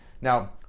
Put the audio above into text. now